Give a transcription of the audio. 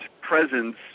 presence